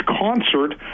concert